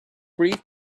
wreath